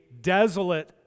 desolate